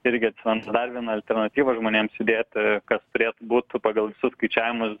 irgi atsiranda dar viena alternatyva žmonėms judėti kas turėtų būt pagal visus skaičiavimus